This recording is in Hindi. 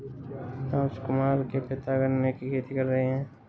राजकुमार के पिता गन्ने की खेती कर रहे हैं